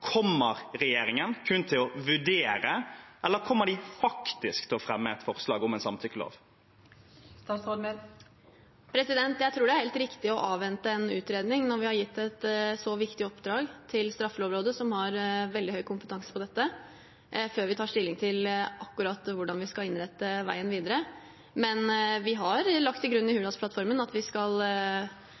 Kommer regjeringen kun til å vurdere, eller kommer de faktisk til å fremme et forslag om en samtykkelov? Jeg tror det er helt riktig å avvente en utredning når vi har gitt et så viktig oppdrag til Straffelovrådet, som har veldig høy kompetanse på dette, før vi tar stilling til akkurat hvordan vi skal innrette veien videre. Men vi har lagt til grunn i Hurdalsplattformen at vi skal